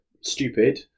stupid